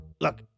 Look